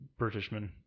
Britishman